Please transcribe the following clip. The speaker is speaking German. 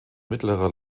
mittlerer